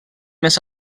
més